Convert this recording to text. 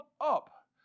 up